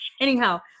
anyhow